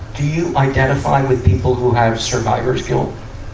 do you identify with people who have survivor's guilt?